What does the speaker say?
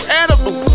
edible